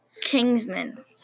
Kingsman